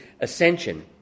ascension